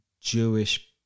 Jewish